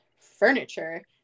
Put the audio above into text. furniture